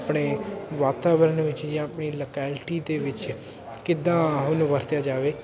ਆਪਣੇ ਵਾਤਾਵਰਨ ਵਿੱਚ ਜਾਂ ਆਪਣੀ ਲਕੈਲਟੀ ਦੇ ਵਿੱਚ ਕਿੱਦਾਂ ਉਹਨੂੰ ਵਰਤਿਆ ਜਾਵੇ